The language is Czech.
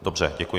Dobře, děkuji.